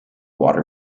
water